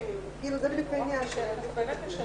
אני חושבת שזה דבר שצריך